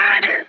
God